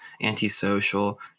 anti-social